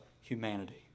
humanity